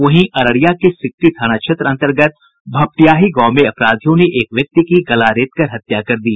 वहीं अररिया के सिकटी थाना क्षेत्र अन्तर्गत भपटियाही गांव में अपराधियों ने एक व्यक्ति की गला रेत कर हत्या कर दी